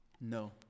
no